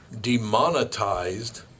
demonetized